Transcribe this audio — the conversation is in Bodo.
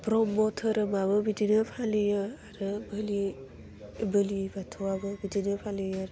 ब्रह्म दोहोरोमाबो बिदिनो फालियो आरो बोलि बोलि बाथौवाबो बिदिनो फालियो